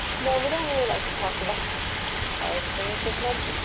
no, we don't really like to talk about our experience as much.